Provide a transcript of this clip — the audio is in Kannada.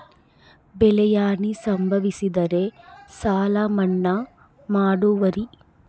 ಬೆಳೆಹಾನಿ ಸಂಭವಿಸಿದರೆ ಸಾಲ ಮನ್ನಾ ಮಾಡುವಿರ?